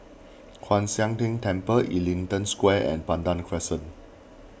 Kwan Siang Tng Temple Ellington Square and Pandan Crescent